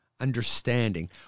understanding